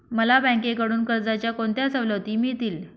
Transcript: मला बँकेकडून कर्जाच्या कोणत्या सवलती मिळतील?